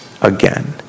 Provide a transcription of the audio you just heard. again